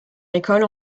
école